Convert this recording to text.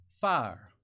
fire